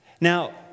Now